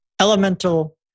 elemental